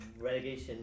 relegation